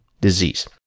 Disease